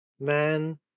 man